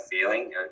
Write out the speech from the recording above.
feeling